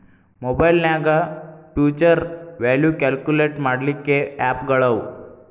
ಮಒಬೈಲ್ನ್ಯಾಗ್ future value calculate ಮಾಡ್ಲಿಕ್ಕೆ app ಗಳವ